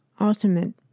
ultimate